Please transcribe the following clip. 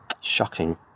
Shocking